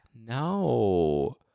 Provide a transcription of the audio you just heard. No